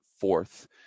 fourth